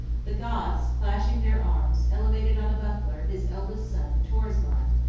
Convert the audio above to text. the goths, clashing their arms, elevated on a buckler his eldest son torismond,